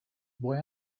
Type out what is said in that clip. boy